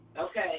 Okay